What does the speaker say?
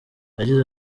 yagize